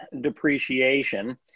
depreciation